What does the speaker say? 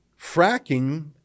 fracking